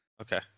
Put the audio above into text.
Okay